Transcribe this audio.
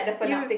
you